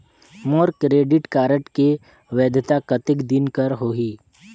मोर credit card के वैधता कतेक दिन कर होही?